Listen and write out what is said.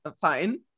fine